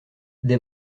des